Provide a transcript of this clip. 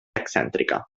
excèntrica